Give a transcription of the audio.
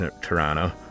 Toronto